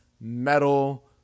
metal